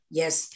yes